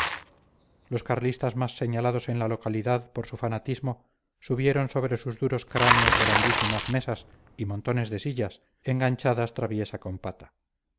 los carlistas más señalados en la localidad por su fanatismo subieron sobre sus duros cráneos grandísimas mesas y montones de sillas enganchadas traviesa con pata